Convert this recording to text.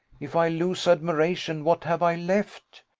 if i lose admiration, what have i left?